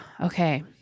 okay